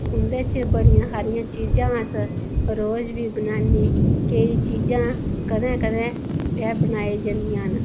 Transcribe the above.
उन्दे च बड़ियां हारियां चीजां अस रोज बी बनाने केईं चीजां कदैं कदैं गै बनाई जंदियां न